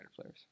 players